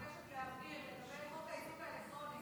אני מבקשת להעיר לגבי חוק האיזוק האלקטרוני.